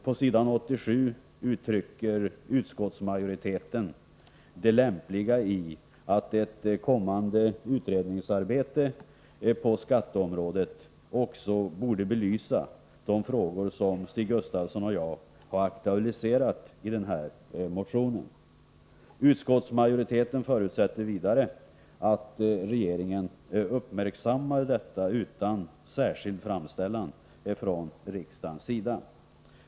På s. 87 i betänkandet framhåller utskottsmajoriteten det lämpliga i att det kommande utredningsarbetet på skatteområdet också belyser de frågor som Stig Gustafsson och jag aktualiserat i vår motion. Utskottsmajoriteten förutsätter vidare att regeringen uppmärksammar detta utan särskild framställan från riksdagens sida.